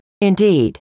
Indeed